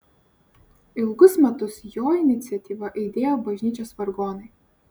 ilgus metus jo iniciatyva aidėjo bažnyčios vargonai